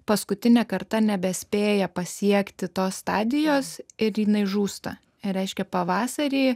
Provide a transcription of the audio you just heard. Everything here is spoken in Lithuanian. paskutinį kartą nebespėja pasiekti tos stadijos ir jinai žūsta reiškia pavasarį